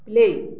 play